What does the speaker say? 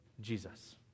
Jesus